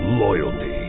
loyalty